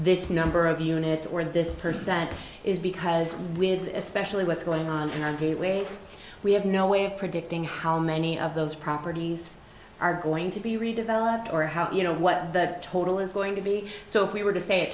this number of units or this percentage is because when especially what's going on on the waves we have no way of predicting how many of those properties are going to be redeveloped or how you know what the total is going to be so if we were to say